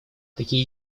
такие